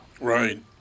Right